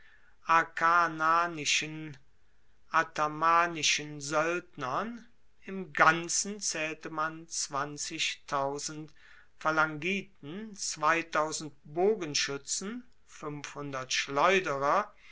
akarnanischen athamanischen soeldnern im ganzen zaehlte man phalangiten bogenschuetzen schleuderer